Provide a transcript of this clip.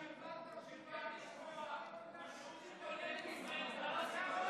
אנחנו ביקשנו תשובה לאזרחי המדינה ואתה,